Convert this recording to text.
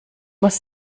muss